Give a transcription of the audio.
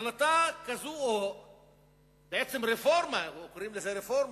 החלטה כזאת או בעצם רפורמה, קוראים לזה רפורמה,